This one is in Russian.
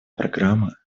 программа